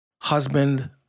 husband